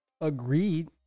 agreed